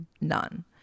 None